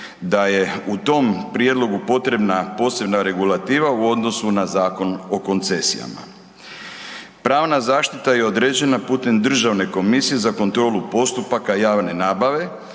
da je u tom prijedlogu potrebna posebna regulativa u odnosu na Zakon o koncesijama. Pravna zaštita je određena putem Državne komisije za kontrolu postupaka javne nabave,